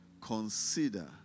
Consider